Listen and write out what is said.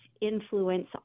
influence